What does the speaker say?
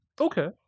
okay